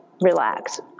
relax